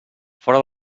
fora